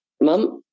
mum